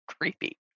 creepy